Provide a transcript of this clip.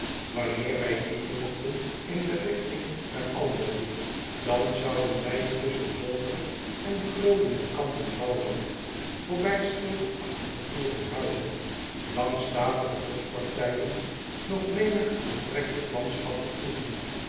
anneer wij die volgden in de rigting naar lmelo dan zouden wij tusschen hooge en glooijende kampen bouwland voorbij schilderachtige boerenhuizen langs statige boschpartijen nog menig aantrekkelijk landschap ontmoeten